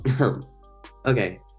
Okay